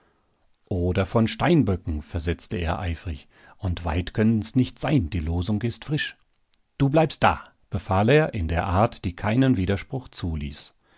oder von steinböcken versetzte er eifrig und weit können's nicht sein die losung ist frisch du bleibst da befahl er in der art die keinen widerspruch zuließ